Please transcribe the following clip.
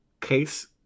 case